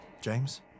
James